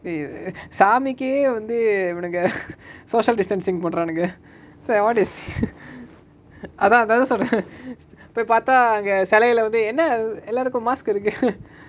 இது சாமிக்கே வந்து இவனுங்க:ithu saamike vanthu ivanunga social distancing பண்றானுங்க:panraanunga so what this அதா அதான சொல்ர:atha athana solra போய் பாத்தா அங்க செலைல வந்து என்ன:poai paatha anga selaila vanthu enna எல்லாருக்கு:ellaruku mask இருக்கு:iruku